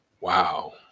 wow